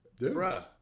bruh